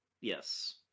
yes